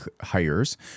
hires